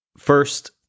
First